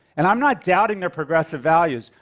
and i'm not doubting their progressive values,